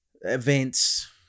events